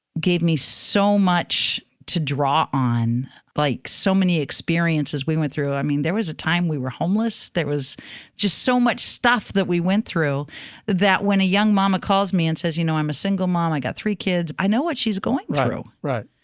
gave me so much to draw on like so many experiences we went through, i mean, there was a time we were homeless. there was just so much stuff that we went through that when a young mama calls me and says, you know, i'm a single mom. i got three kids. i know what she's going through. right.